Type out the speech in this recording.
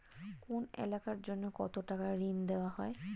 কোন এলাকার জন্য কত টাকা ঋণ দেয়া হয়?